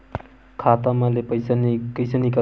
खाता मा ले पईसा कइसे निकल थे?